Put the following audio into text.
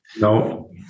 No